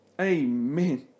Amen